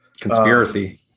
Conspiracy